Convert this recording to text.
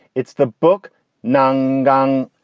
it's the book nun gone.